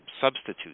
substitute